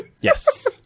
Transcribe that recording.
Yes